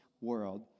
world